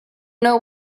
know